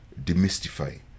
demystify